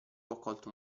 accolto